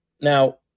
Now